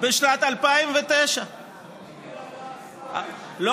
בשנת 2009. זה היה שטייניץ.